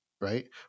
right